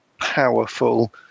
powerful